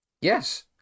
Yes